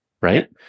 right